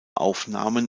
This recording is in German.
aufnahmen